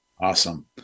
Awesome